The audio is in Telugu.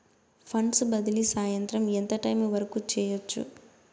ఫండ్స్ బదిలీ సాయంత్రం ఎంత టైము వరకు చేయొచ్చు